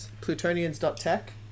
plutonians.tech